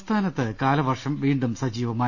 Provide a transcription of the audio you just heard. സംസ്ഥാനത്ത് കാലവർഷം വീണ്ടും സജീവമായി